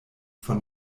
von